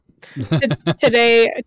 today